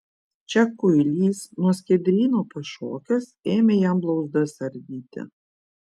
čia kuilys nuo skiedryno pašokęs ėmė jam blauzdas ardyti